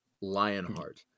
Lionheart